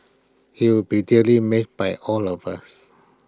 he will be dearly mitt by all of us